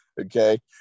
Okay